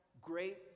great